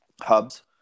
hubs